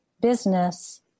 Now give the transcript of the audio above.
business